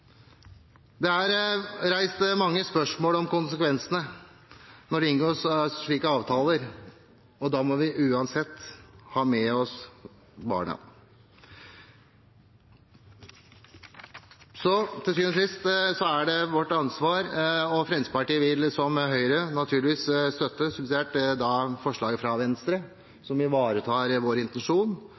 Det er reist mange spørsmål om konsekvensene når det inngås slike avtaler, og da må vi uansett ha med oss barna. Til syvende og sist er det vårt ansvar – og Fremskrittspartiet vil, som Høyre, naturligvis støtte forslaget fra Venstre subsidiært, som ivaretar vår intensjon